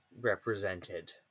represented